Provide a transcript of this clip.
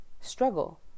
struggle